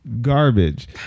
garbage